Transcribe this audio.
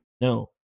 No